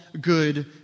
good